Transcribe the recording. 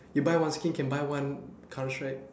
you buy one skin can buy one counter strike